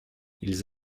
ils